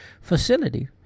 facility